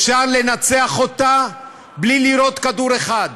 אפשר לנצח אותה בלי לירות כדור אחד,